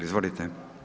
Izvolite.